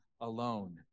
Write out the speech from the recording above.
alone